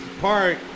park